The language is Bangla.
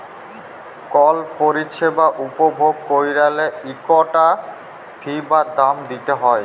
কল পরিছেবা উপভগ ক্যইরলে ইকটা ফি বা দাম দিইতে হ্যয়